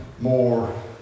more